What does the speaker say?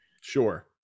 Sure